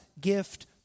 gift